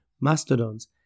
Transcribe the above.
mastodons